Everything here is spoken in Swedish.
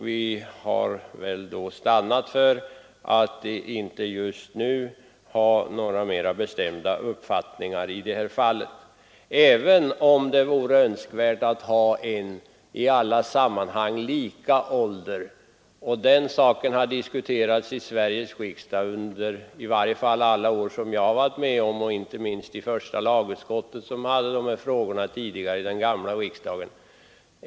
Vi har stannat för uppfattningen att myndighetsåldern nu kan sänkas utan att vi behöver ta någon bestämd ståndpunkt till dessa andra problem. Det är naturligtvis i och för sig önskvärt att ha samma ålder i olika sammanhang. Den saken har diskuterats i Sveriges riksdag under i varje fall alla de år som jag varit med — inte minst i första lagutskottet som hade hand om dessa frågor tidigare i den gamla riksdagen.